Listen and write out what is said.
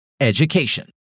Education